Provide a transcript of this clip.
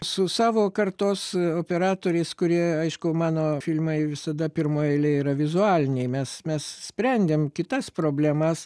su savo kartos operatoriais kurie aišku mano filmai visada pirmoj eilėj yra vizualiniai mes mes sprendėm kitas problemas